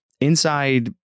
Inside